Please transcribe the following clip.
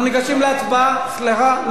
אנחנו ניגשים להצבעה, סליחה.